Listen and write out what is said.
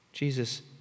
Jesus